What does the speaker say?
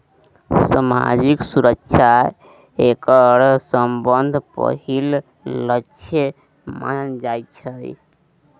सामाजिक सुरक्षा एकर सबसँ पहिल लक्ष्य मानल जाइत छै